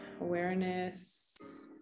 awareness